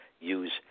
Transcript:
use